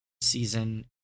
season